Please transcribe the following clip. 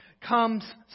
comes